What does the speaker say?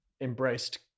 embraced